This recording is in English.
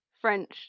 French